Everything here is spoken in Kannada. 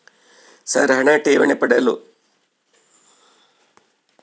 ಸರ್ ಹಣ ಠೇವಣಿ ಮತ್ತು ಹಿಂಪಡೆಯಲು ಪ್ಯಾನ್ ಮತ್ತು ಆಧಾರ್ ಕಡ್ಡಾಯವಾಗಿ ಬೇಕೆ?